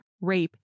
rape